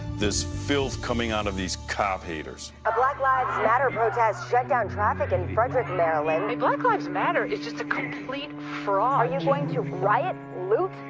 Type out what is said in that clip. this filth coming out of these cop-haters. a black lives matter protest shut down traffic in frederick, maryland. black lives matter is just a complete fraud. are you going to riot, loot,